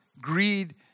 greed